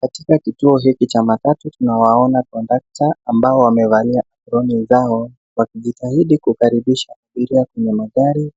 Katika kituo hiki cha matatu tunawaona kondukta ambao wamevalia aproni zao wakijitahidi kukaribisha abiria kwenye magari